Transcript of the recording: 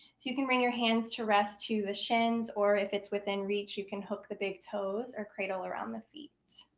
you can bring your hands to rest to the shins, or if it's within reach, you can hook the big toes or cradle around the feet.